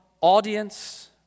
audience